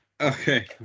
Okay